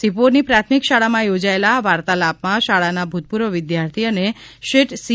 સિપોરની પ્રાથમિક શાળામાં યોજાયેલા આ વાર્તાલાપમાં શાળાના ભૂતપૂર્વ વિદ્યાર્થી અને શેઠ સી